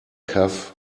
cough